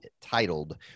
titled